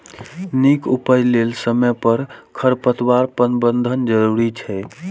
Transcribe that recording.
नीक उपज लेल समय पर खरपतवार प्रबंधन जरूरी छै